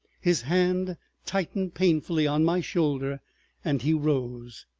his hand tightened painfully on my shoulder and he rose.